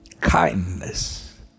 kindness